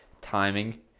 timing